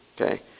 Okay